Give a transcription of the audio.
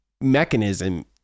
mechanism